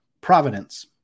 Providence